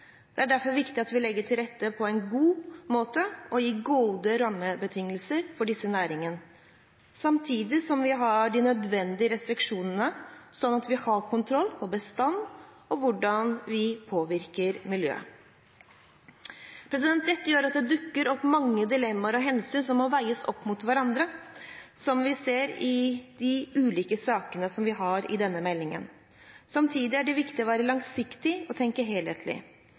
Det er derfor viktig at vi legger til rette på en god måte og gir gode rammebetingelser for disse næringene, samtidig som vi har de nødvendige restriksjoner, slik at vi har kontroll på bestand og hvordan vi påvirker miljøet. Dette gjør at det dukker opp mange dilemmaer og hensyn som må veies opp mot hverandre, slik vi ser i de ulike sakene vi har i denne meldingen. Samtidig er det viktig å være langsiktig og tenke helhetlig.